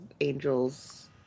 Angel's